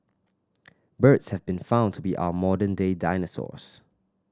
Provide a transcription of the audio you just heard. birds have been found to be our modern day dinosaurs